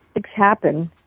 it's happened.